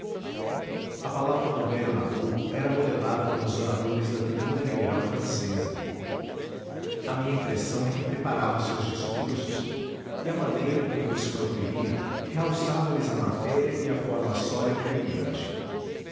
a palavra do velho nabuco era modelada pelos oradores da tribuna liberal francesa a minha impressão é que preparava os seus discursos e a maneira por que os proferia realçava lhes a matéria e a forma sólida e brilhante